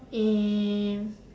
eh